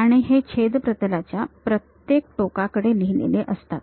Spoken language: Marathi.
आणि हे छेद प्रतलाच्या प्रत्येक टोकाकडे लिहिलेले असतात